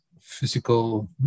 physical